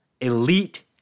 Elite